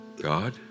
God